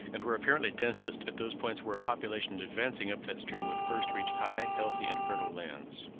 and were apparently densest at those points where a population advancing up that, stream would first reach high, healthy, and fertile lands.